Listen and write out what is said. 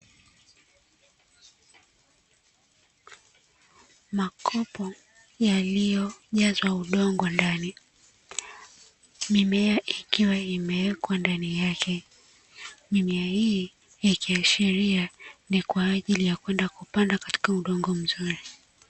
Makopo yaliyojazwa udongo ndani, mimea ikiwa imewekwa ndani yake. Mimea hii ikiashiria ni kwa ajili ya kwenda kupanda katika udongo mzuri.